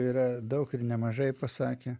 yra daug ir nemažai pasakę